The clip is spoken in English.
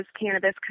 cannabis